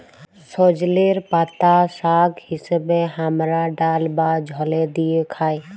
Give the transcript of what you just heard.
সজলের পাতা শাক হিসেবে হামরা ডাল বা ঝলে দিয়ে খাই